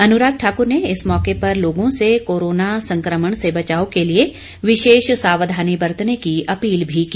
अनुराग ठाकुर ने इस मौके पर लोगों से कोरोना संक्रमण से बचाव के लिए विशेष सावधानी बरतने की अपील की